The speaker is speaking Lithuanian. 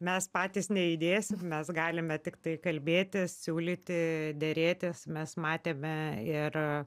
mes patys neįdėsim mes galime tiktai kalbėti siūlyti derėtis mes matėme ir